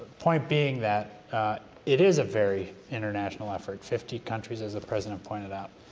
point being that it is a very international effort, fifty countries, as the president pointed out.